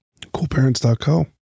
coolparents.co